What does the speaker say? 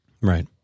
Right